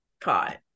caught